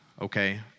okay